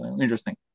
interesting